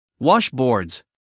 washboards